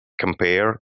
compare